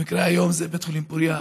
במקרה היום זה בית חולים פוריה,